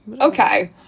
Okay